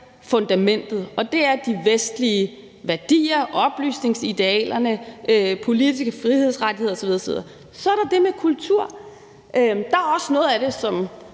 fundamentet, og det er de vestlige værdier, oplysningsidealerne, de politiske frihedsrettigheder osv. osv. Så er der det med kulturen, og der er også noget af det, som